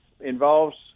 involves